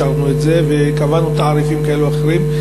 אישרנו את זה וקבענו תעריפים כאלה ואחרים.